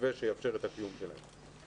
מתווה שיאפשר את הקיום של התוכניות האלה.